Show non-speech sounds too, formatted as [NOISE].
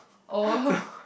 oh [LAUGHS]